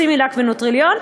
"סימילאק" ו"נוטרילון",